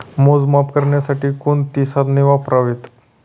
मोजमाप करण्यासाठी कोणती साधने वापरावीत?